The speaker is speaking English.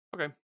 Okay